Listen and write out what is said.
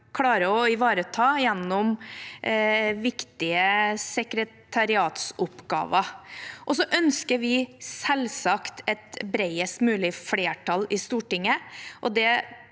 klarer å ivareta gjennom viktige sekretariatsoppgaver. Vi ønsker selvsagt et bredest mulig flertall i Stortinget,